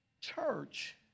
Church